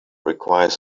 requires